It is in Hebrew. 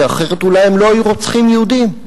כי אחרת אולי הם לא היו רוצחים יהודים.